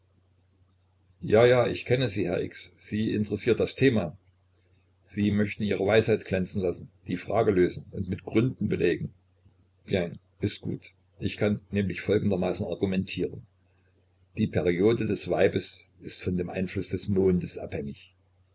ja ja ich kenne sie herr x sie interessiert das thema sie möchten ihre weisheit glänzen lassen die frage lösen und mit gründen belegen bien ist gut ich kann nämlich folgendermaßen argumentieren die periode des weibes ist von dem einfluß des mondes abhängig